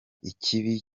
ikibi